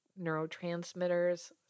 neurotransmitters